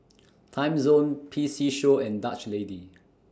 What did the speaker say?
Timezone P C Show and Dutch Lady